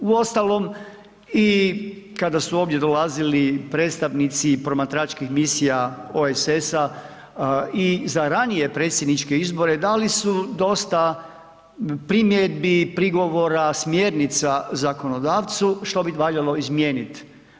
Uostalom i kada su ovdje dolazili predstavnici promatračkih misija OESS-a i za ranije predsjedničke izbore dali su dosta primjedbi, prigovora, smjernica zakonodavcu što bi valjalo izmijeniti.